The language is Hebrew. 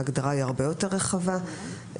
ההגדרה של המוסדות היא הרבה יותר רחבה והיא